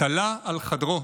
תלה בחדרו